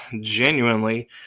genuinely